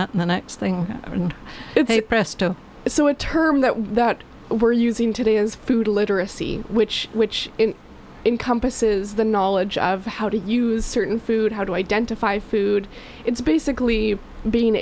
that and the next thing and they presto so a term that we were using today is food literacy which which encompasses the knowledge of how to use certain food how to identify food it's basically being